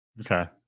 okay